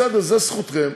בסדר, זו זכותכם.